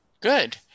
Good